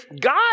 God